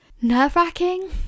nerve-wracking